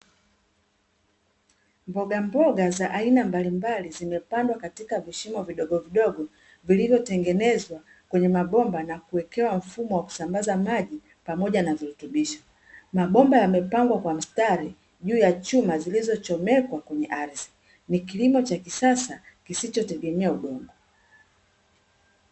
Mbogamboga za aina mbalimbali zimepandwa katika vishimo vidogovidogo ,vilivyotengenezwa kwenye mabomba na kuwekewa mfumo wa kusambaza maji pamoja na virutubisho. Mabomba yamepangwa kwa mstari juu ya chuma zilizochomekwa kwenye ardhi, ni kilimo cha kisasa kisichotegemea udongo.